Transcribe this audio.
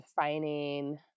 defining